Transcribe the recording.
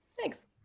thanks